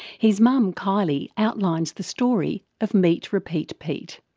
his mum kylee outlines the story of meet repeat pete.